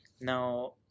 now